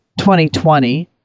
2020